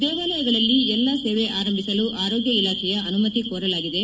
ದೇವಾಲಯಗಳಲ್ಲಿ ಎಲ್ಲ ಸೇವೆ ಆರಂಭಿಸಲು ಆರೋಗ್ಯ ಇಲಾಖೆಯ ಅನುಮತಿ ಕೋರಲಾಗಿದೆ